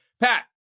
Pat